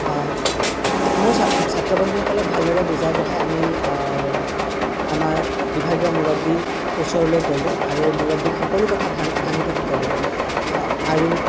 মোৰ ছাত্ৰবন্ধুসকলক ভালদৰে বুজাই বঢ়াই আমি আমাৰ বিভাগীয় মুৰব্বীৰ ওচৰলৈ গ'লোঁ আৰু মুৰব্বীক সকলো কথা ভাঙি পাতি ক'লোঁ আৰু